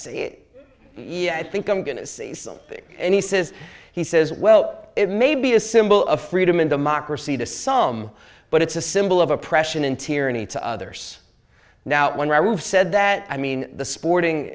say i think i'm going to see something and he says he says well it may be a symbol of freedom and democracy to some but it's a symbol of oppression and tyranny to others now when i said that i mean the sporting